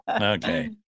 Okay